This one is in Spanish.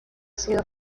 sido